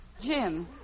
Jim